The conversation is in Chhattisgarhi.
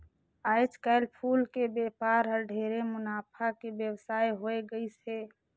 आयज कायल फूल के बेपार हर ढेरे मुनाफा के बेवसाय होवे गईस हे